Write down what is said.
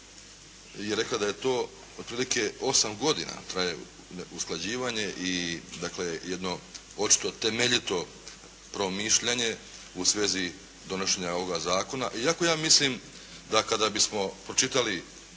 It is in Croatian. je rekla da je to otprilike 8 godina traje usklađivanje i dakle jedno očito temeljito promišljanje u svezi donošenja ovoga zakona iako ja misli da kada bismo pročitali